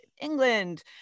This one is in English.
England